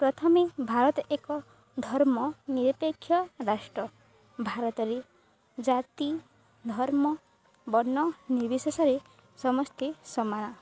ପ୍ରଥମେ ଭାରତ ଏକ ଧର୍ମ ନିରପେକ୍ଷ ରାଷ୍ଟ୍ର ଭାରତରେ ଜାତି ଧର୍ମ ବର୍ଣ୍ଣ ନିର୍ବିଶେଷରେ ସମସ୍ତେ ସମାନ